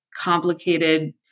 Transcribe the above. complicated